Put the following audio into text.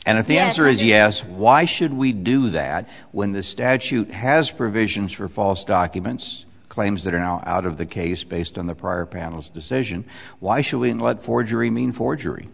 and if the answer is yes why should we do that when the statute has provisions for false documents claims that are now out of the case based on the prior panel's decision why should we let forgery mean forgery